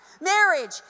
Marriage